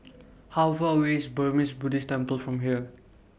How Far away IS Burmese Buddhist Temple from here